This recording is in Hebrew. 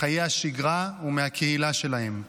מחיי השגרה ומהקהילה שלהם,